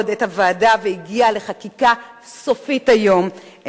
את הוועדה והגיעה לחקיקה סופית היום.